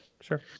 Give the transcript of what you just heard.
Sure